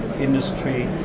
industry